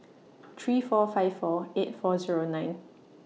three four five four eight four Zero nine